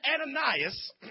Ananias